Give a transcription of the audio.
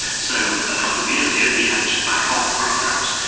so a couple of years ago he had to back off from that.